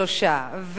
על-פי התקנון,